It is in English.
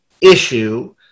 issue